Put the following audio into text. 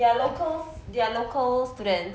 they are locals they are local students